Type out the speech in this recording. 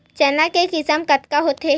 चना के किसम कतका होथे?